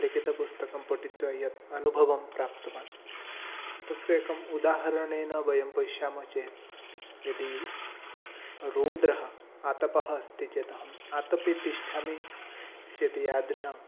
लिखितं पुस्तकं पठित्वा यत् अनुभवं प्राप्तवान् तस्य एकम् उदाहरणेन वयं पश्यामः चेत् यदि रौद्रः आतपः अस्ति चेत् अहं आतपे तिष्ठामि चेत् यादृशम्